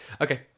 Okay